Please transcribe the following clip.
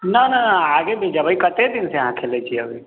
ना ना आगे भी जबै कते दिन से अहाँ खेलै छियै अभी